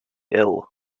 ill